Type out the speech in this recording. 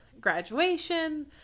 graduation